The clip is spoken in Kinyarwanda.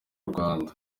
rwanda